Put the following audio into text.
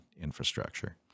infrastructure